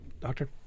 Doctor